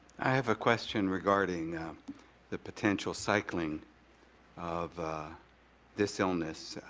i have a question regarding the potential cycling of this illness.